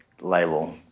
label